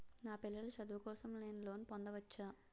నా పిల్లల చదువు కోసం నేను లోన్ పొందవచ్చా?